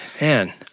Man